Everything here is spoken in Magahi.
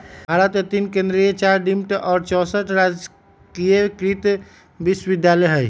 भारत मे तीन केन्द्रीय चार डिम्ड आ चौसठ राजकीय कृषि विश्वविद्यालय हई